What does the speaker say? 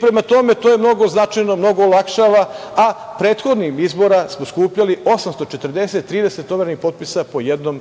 Prema tome, to je mnogo značajno, mnogo olakšava. Na prethodnim izborima smo skupili 840, 30 overenih potpisa po jednom